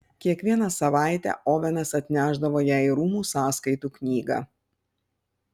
kiekvieną savaitę ovenas atnešdavo jai rūmų sąskaitų knygą